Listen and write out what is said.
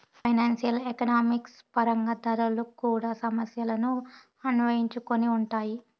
financial economics పరంగా ధరలు కూడా సమస్యలను అన్వయించుకొని ఉంటాయి